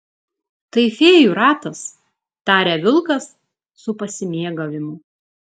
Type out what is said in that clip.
tai fėjų ratas taria vilkas su pasimėgavimu